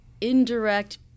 indirect